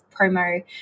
promo